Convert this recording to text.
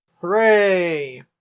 Hooray